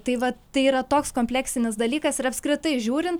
tai va tai yra toks kompleksinis dalykas ir apskritai žiūrint